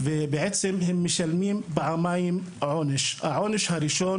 למעשה, הם נענשים פעמיים: העונש הראשון